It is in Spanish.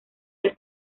del